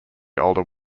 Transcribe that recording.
older